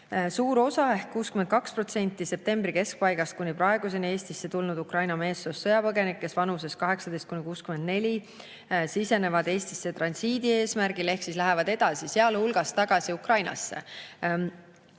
Suur osa ehk 62% septembri keskpaigast kuni praeguseni Eestisse tulnud Ukraina meessoost sõjapõgenikest vanuses 18–64 sisenevad Eestisse transiidi eesmärgil ehk siis lähevad edasi, sealhulgas tagasi Ukrainasse.